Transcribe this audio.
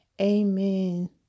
Amen